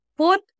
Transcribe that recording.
Put